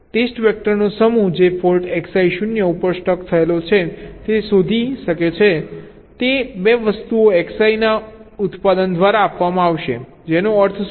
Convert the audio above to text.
test વેક્ટરનો સમૂહ જે ફોલ્ટ્ Xi 0 ઉપર સ્ટક થયેલો છે તે શોધી શકે છે તે 2 વસ્તુઓ Xi ના ઉત્પાદન દ્વારા આપવામાં આવશે જેનો અર્થ શું છે